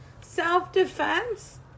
Self-defense